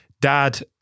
Dad